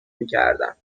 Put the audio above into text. میکردن